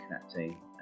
connecting